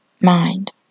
mind